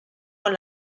con